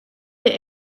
that